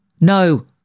No